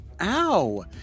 Ow